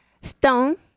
Stone